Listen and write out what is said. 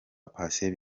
patient